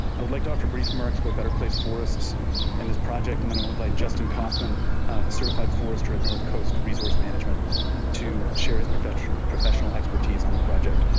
i would like to offer brief remarks about better place forests and this project. and then we'll invite justin kaufman, a certified forester at north coast resource management to share his professional professional expertise on the project.